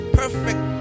perfect